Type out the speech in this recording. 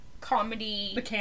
comedy